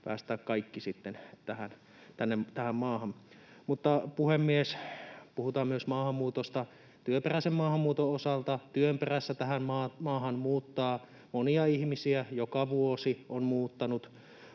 päästää kaikki sitten tähän maahan. Puhemies! Puhutaan myös maahanmuutosta työperäisen maahanmuuton osalta: Työn perässä tähän maahan muuttaa monia ihmisiä, joka vuosi on muuttanut